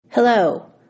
Hello